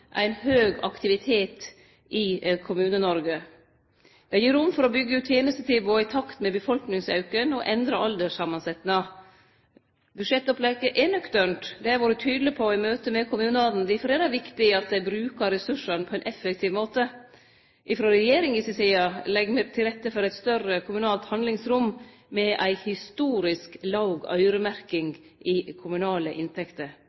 ein høg aktivitet i Kommune-Noreg. Det gir rom for å byggje ut tenestetilbodet i takt med befolkningsauken og endra alderssamansetnad. Budsjettopplegget er nøkternt. Det har eg vore tydeleg på i møte med kommunane. Difor er det viktig at dei bruker ressursane på ein effektiv måte. Frå regjeringa si side legg me til rette for eit større kommunalt handlingsrom, med ei historisk låg øyremerking av kommunale inntekter.